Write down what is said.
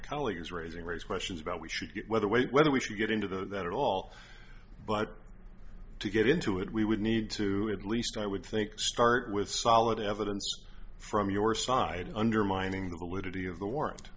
colleagues raising raise questions about we should get whether wait whether we should get into that at all but to get into it we would need to at least i would think start with solid evidence from your side undermining the validity of the w